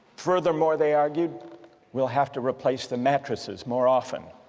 furthermore they argued we'll have to replace the mattresses more often